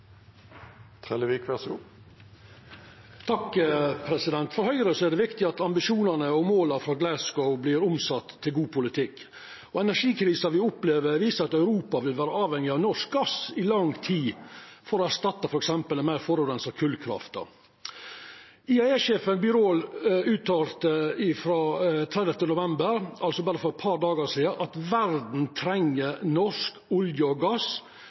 For Høgre er det viktig at ambisjonane og måla frå Glasgow vert omsette til god politikk. Energikrisa me opplever, viser at Europa vil vera avhengig av norsk gass i lang tid for å erstatta f.eks. den meir forureinande kolkrafta. IEA-sjefen, Fatih Birol, uttala den 30. november, altså for berre eit par dagar sidan, at verda treng norsk olje og gass,